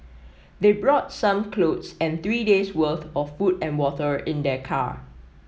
they brought some clothes and three days' worth of food and water in their car